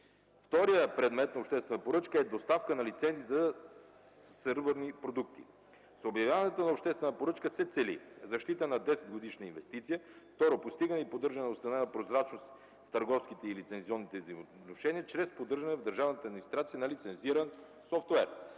Вторият предмет на обществена поръчка е доставка на лиценз за сървърни продукти. С обявяването на обществена поръчка се цели: защита на 10-годишна инвестиция; второ – постигане, поддържане и установяване на прозрачност в търговските и лицензионните взаимоотношения чрез поддържане в държавната